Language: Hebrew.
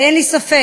ואין לי ספק